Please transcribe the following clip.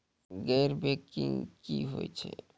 गैर बैंकिंग की होय छै?